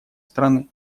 страны